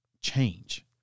change